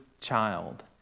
child